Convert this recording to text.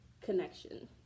connection